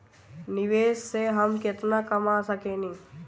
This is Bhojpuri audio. निवेश से हम केतना कमा सकेनी?